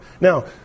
Now